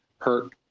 hurt